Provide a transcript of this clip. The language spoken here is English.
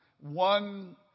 one